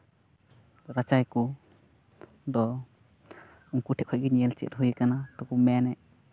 ᱨᱟᱪᱟᱭᱟᱠᱚ ᱫᱚ ᱩᱱᱠᱩ ᱴᱷᱮᱱ ᱠᱷᱚᱡ ᱜᱮ ᱧᱮᱞ ᱪᱮᱫ ᱦᱩᱭ ᱠᱟᱱᱟ ᱟᱫᱚ ᱠᱚ ᱢᱮᱱᱮᱫ